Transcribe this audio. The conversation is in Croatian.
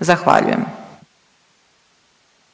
zahvaljujem.